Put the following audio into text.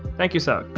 thank you, so